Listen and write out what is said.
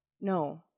no